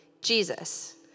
Jesus